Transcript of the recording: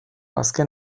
azken